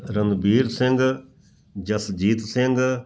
Ranbir Singh Jasjit Singh